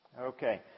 Okay